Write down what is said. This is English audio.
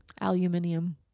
Aluminium